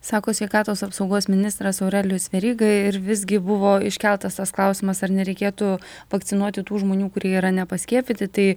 sako sveikatos apsaugos ministras aurelijus veryga ir visgi buvo iškeltas tas klausimas ar nereikėtų vakcinuoti tų žmonių kurie yra nepaskiepyti tai